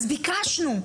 אז ביקשנו,